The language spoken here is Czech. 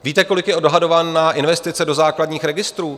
Víte, kolik je odhadováno na investice do základních registrů?